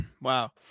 Wow